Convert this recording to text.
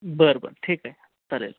बरं बरं ठीक आहे चालेल